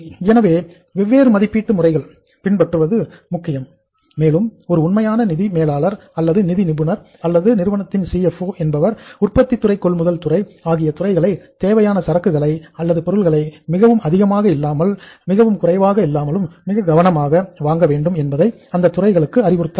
எனவே வெவ்வேறு மதிப்பீட்டு முறைகள் பின்பற்றுவது முக்கியம் மேலும் ஒரு உண்மையான நிதி மேலாளர் அல்லது நிதி நிபுணர் அல்லது நிறுவனத்தின் CFO என்பவர் உற்பத்தித்துறை கொள்முதல் துறை ஆகிய துறைகளுக்கு தேவையான சரக்குகளையும் அல்லது பொருள்களையும் மிகவும் அதிகமாக இல்லாமல் மிகவும் குறைவாக இல்லாமலும் மிக கவனமாக வாங்க வேண்டும் என்பதை அந்த துறைகளுக்கு அறிவுறுத்த வேண்டும்